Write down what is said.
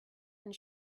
and